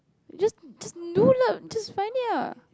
just just know lah just find it lah